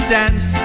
dance